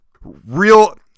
real